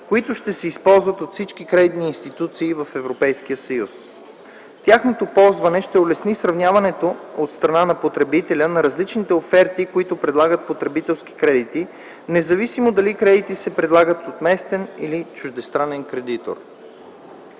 които ще се използват от всички кредитни институции в Европейския съюз. Тяхното ползване ще улесни сравняването от страна на потребителя на различните оферти, които предлагат потребителски кредити, независимо дали кредитите се предлагат от местен или чуждестранен кредитор.